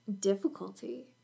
difficulty